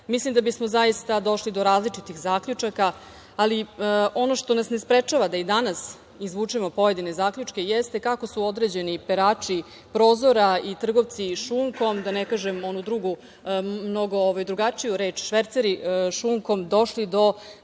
Mislim da bismo zaista došli do različitih zaključaka, ali ono što nas ne sprečava da i danas izvučemo pojedine zaključke jeste kako su određeni perači prozora i trgovci šunkom, da ne kažem onu drugu mnogu drugačiju reč - šverceri šunkom, došli do